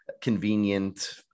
convenient